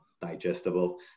digestible